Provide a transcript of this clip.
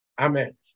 Amen